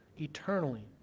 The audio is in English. eternally